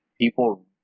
people